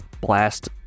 blast